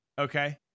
okay